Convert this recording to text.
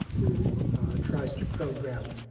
who tries to program,